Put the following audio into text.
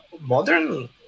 modern